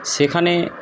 সেখানে